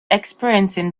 experiencing